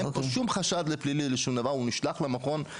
אין פה שום חשד לפלילי, לשום דבר, הוא נשלח למכון.